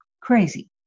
Crazy